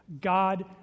God